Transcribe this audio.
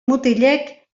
mutilek